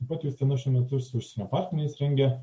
taip pat justina šiuo metu ir su užsienio partneriais rengia